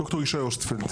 דוקטור ישי אוסטפלד,